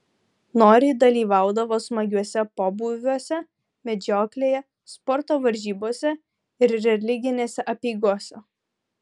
noriai dalyvaudavo smagiuose pobūviuose medžioklėje sporto varžybose ir religinėse apeigose